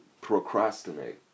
procrastinate